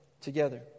together